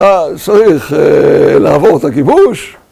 ‫אה, צריך לעבור את הגיבוש.